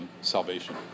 salvation